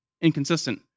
inconsistent